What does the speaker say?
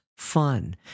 fun